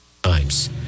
Times